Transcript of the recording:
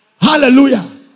Hallelujah